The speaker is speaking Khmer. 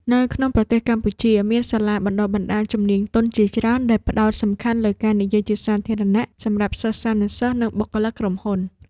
នៅក្នុងប្រទេសកម្ពុជា មានសាលាបណ្ដុះបណ្ដាលជំនាញទន់ជាច្រើនដែលផ្ដោតសំខាន់លើការនិយាយជាសាធារណៈសម្រាប់សិស្សានុសិស្ស និងបុគ្គលិកក្រុមហ៊ុន។